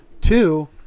Two